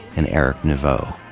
and eric neveux.